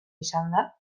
izanda